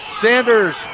Sanders